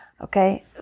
Okay